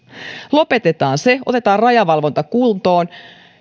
lopetetaan se otetaan rajavalvonta kuntoon